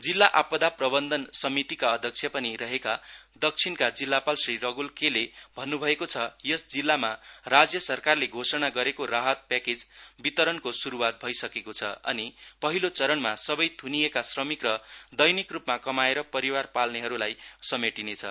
जिल्ला आपदा प्रबन्धन समितिका अध्यक्ष पनि रहेका दक्षिणका जिल्लापाल श्री रघ्ल के ले भन्न् भएको छ यस जिल्लामा राज्य सरकारले घोषणा गरेको राहत प्याकेज वितरणको शुरूवात भइसकेको छ अनि पहिलो चरणमा सबै थ्निएका श्रमिक र दैनिक रूपमा कमाएर परिवार पाल्नेहरूलाई समेटिनेछ